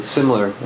similar